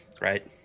right